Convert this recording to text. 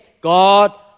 God